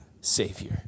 Savior